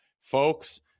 Folks